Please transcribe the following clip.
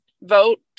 vote